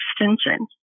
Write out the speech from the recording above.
extension